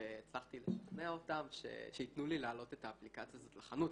והצלחתי לשכנע אותם שיתנו לי להעלות את האפליקציה הזאת לחנות.